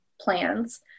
plans